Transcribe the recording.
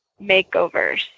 makeovers